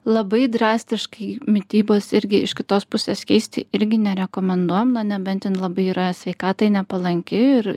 labai drastiškai mitybos irgi iš kitos pusės keisti irgi nerekomenduojam na nebent ten labai yra sveikatai nepalanki ir